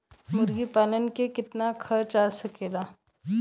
मुर्गी पालन में कितना खर्च आ सकेला?